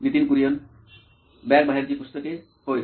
Nitin Kurian COO nine इलेक्ट्रॉनिक्सबॅगे बाहेरची पुस्तके होय